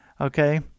okay